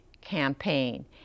campaign